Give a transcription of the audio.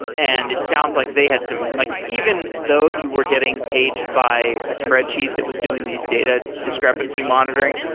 and it sounds like they had some like even though you were getting paged by a spreadsheet that was doing these data discrepancy monitoring,